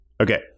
okay